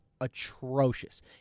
atrocious